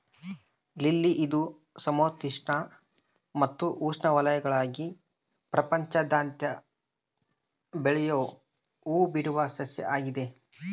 lily ಇದು ಸಮಶೀತೋಷ್ಣ ಮತ್ತು ಉಷ್ಣವಲಯಗುಳಾಗ ಪ್ರಪಂಚಾದ್ಯಂತ ಬೆಳಿಯೋ ಹೂಬಿಡುವ ಸಸ್ಯ ಆಗಿದೆ